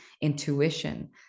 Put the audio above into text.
intuition